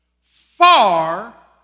Far